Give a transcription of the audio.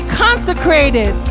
consecrated